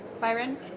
Byron